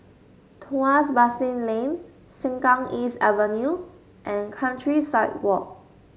Tuas Basin Lane Sengkang East Avenue and Countryside Walk